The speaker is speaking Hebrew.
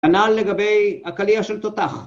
כנ"ל לגבי הקליע של תותח.